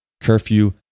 curfew